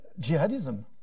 jihadism